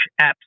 apps